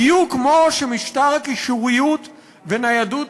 בדיוק כמו שמשטר הקישוריות וניידות